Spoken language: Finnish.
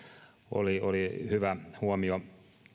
oli oli hyvä huomio